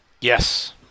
yes